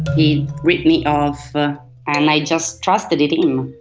he ripped me off and i just trusted him.